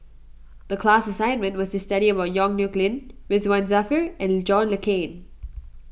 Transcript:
the class assignment was to study about Yong Nyuk Lin Ridzwan Dzafir and John Le Cain